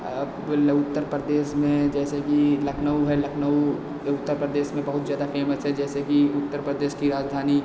आप लौ उत्तरप्रदेश में जैसे कि लखनऊ है लखनऊ उत्तरप्रदेश में बहुत ज़्यादा फेमस है जैसे कि उत्तरप्रदेश की राजधानी